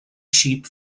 sheep